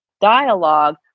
dialogue